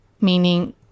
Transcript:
meaning